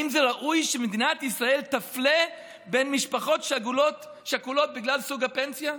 האם זה ראוי שמדינת ישראל תפלה בין משפחות שכולות בגלל סוג הפנסיה?